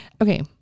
okay